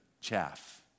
chaff